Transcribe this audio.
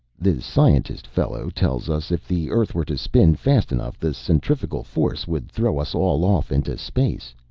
the scientist fellows tell us if the earth were to spin fast enough the centrifugal force would throw us all off into space.